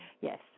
Yes